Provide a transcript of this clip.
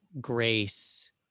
grace